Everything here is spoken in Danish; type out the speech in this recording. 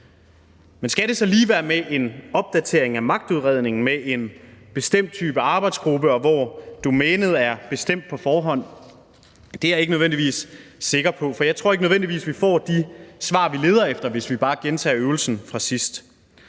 Men skal det så lige være en opdatering af magtudredningen med en bestemt type arbejdsgruppe, og hvor domænet er bestemt på forhånd? Det er jeg ikke nødvendigvis sikker på, for jeg tror ikke nødvendigvis, at vi får de svar, vi leder efter, hvis vi bare gentager øvelsen fra sidst.